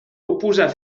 oposar